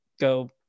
go